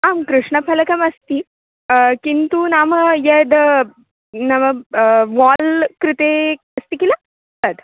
आं कृष्णफलकमस्ति किन्तु नाम यद् नाम वाल् कृते अस्ति किल तद्